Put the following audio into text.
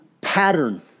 pattern